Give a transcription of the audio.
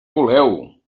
voleu